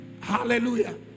Hallelujah